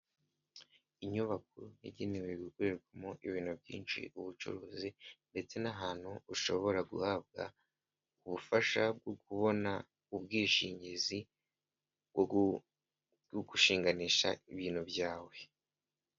Inyubako igenewe gukorerwamo ibintu byinshi, ubucuruzi, ndetse n'ahantu ushobora guhabwa ubufasha bwo kubona ubwishingizi bwo gushinganisha ibintu byawe.